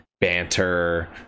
banter